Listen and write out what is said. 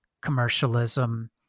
commercialism